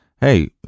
hey